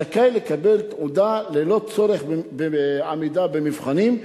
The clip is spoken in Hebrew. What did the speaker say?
זכאי לקבל תעודה ללא כל צורך בעמידה במבחנים,